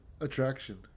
Attraction